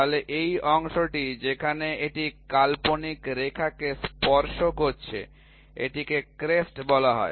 তাহলে এই অংশটি যেখানে এটি কাল্পনিক রেখাকে স্পর্শ করছে এটিকে ক্রেস্ট বলা হয়